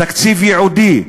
תקציב ייעודי,